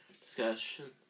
discussion